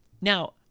Now